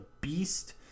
beast